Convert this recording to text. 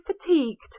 fatigued